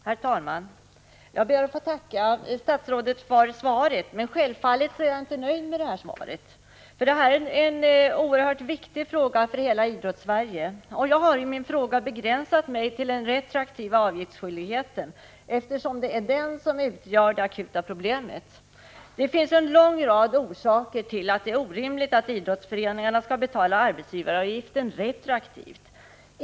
Herr talman! Jag ber att få tacka statsrådet för svaret, men självfallet är jag inte nöjd med det. Detta är en viktig fråga för hela Idrottssverige. Jag har i min fråga begränsat mig till den retroaktiva avgiftsskyldigheten, eftersom det är den som utgör det akuta problemet. Det finns en lång rad orsaker till att det är orimligt att idrottsföreningarna skall betala arbetsgivaravgifter retroaktivt.